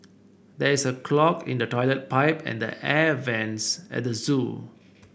there is a clog in the toilet pipe and the air vents at the zoo